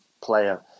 Player